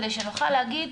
כדי שנוכל להגיד: